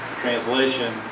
translation